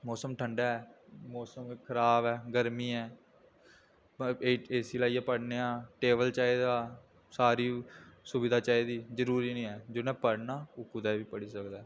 मोसम ठंडा ऐ मोसम खराब ऐ गर्मी ऐ ए सी लाइयै पढ़ने आं टेबल चाहिदा सारी सुविधा चाहिदी जरूरी निं ऐ जिन्नै पढ़ना ओह् कुदै बी पढ़ी सकदा